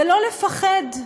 ולא לפחד,